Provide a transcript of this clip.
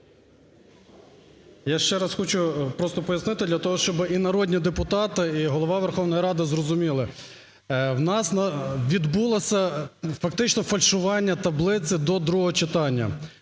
Я ще раз хочу просто пояснити, для того, щоб і народні депутати, і Голова Верховної Ради зрозуміли, у нас відбулося фактично фальшування таблиці до другого читання.